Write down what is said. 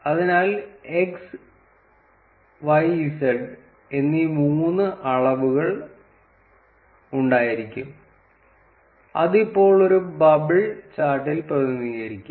അതിനാൽ നമുക്ക് x y z എന്നീ മൂന്ന് അളവുകൾ ഉണ്ടായിരിക്കും അത് ഇപ്പോൾ ഒരു ബബിൾ ചാർട്ടിൽ പ്രതിനിധീകരിക്കും